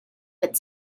but